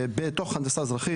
בתוך הנדסה אזרחית